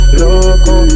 loco